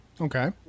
Okay